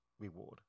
reward